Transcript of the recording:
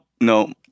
no